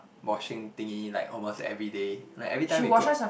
washing thingy like almost everyday like every time we go